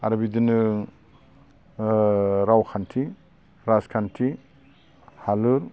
आरो बिदिनो ओ रावखान्थि राजखान्थि हालुर